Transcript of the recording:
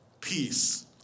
peace